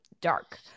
Dark